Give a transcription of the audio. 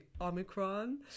Omicron